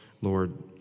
Lord